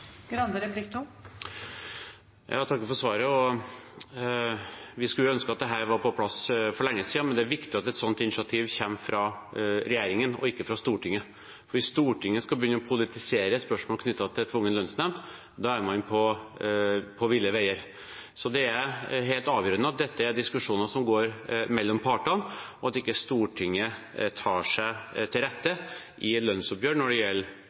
Jeg takker for svaret. Vi skulle jo ønske at dette var på plass for lenge siden. Men det er viktig at et sånt initiativ kommer fra regjeringen og ikke fra Stortinget, for hvis Stortinget skal begynne å politisere spørsmål knyttet til tvungen lønnsnemnd, er man på ville veier. Så det er helt avgjørende at dette er diskusjoner som går mellom partene, og at ikke Stortinget tar seg til rette i et lønnsoppgjør når det gjelder